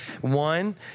one